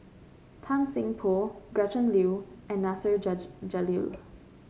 Tan Seng Poh Gretchen Liu and Nasir Jalil